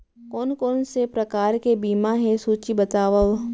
कोन कोन से प्रकार के बीमा हे सूची बतावव?